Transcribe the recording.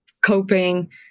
coping